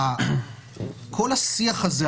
כל השיח הזה,